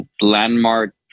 landmark